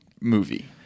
movie